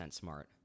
smart